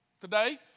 today